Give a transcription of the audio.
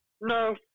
no